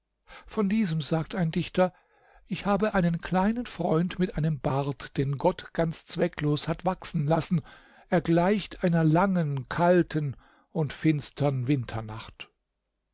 von diesem sagt ein dichter ich habe einen kleinen freund mit einem bart den gott ganz zwecklos hat wachsen lassen er gleicht einer langen kalten und finstern winternacht